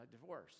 divorce